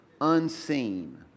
unseen